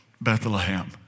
Bethlehem